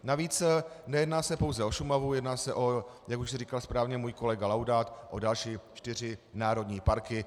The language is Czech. Navíc nejedná se pouze o Šumavu, jedná se, jak už říkal správně můj kolega Laudát, o další čtyři národní parky.